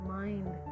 mind